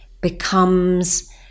becomes